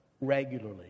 regularly